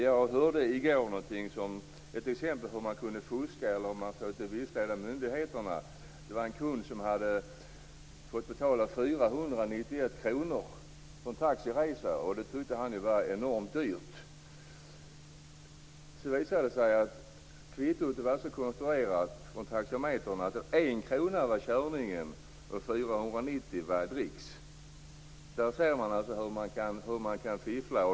Jag hörde i går ett exempel på hur man kan fuska, eller försöka vilseleda myndigheterna. Det var en kund som hade fått betala 491 kr för en taxiresa, och han tyckte ju att det var enormt dyrt. Det visade sig att taxametern var konstruerad så att det på kvittot angavs 1 kr för körningen och 490 kr i dricks. Så kan man fiffla.